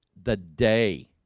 the day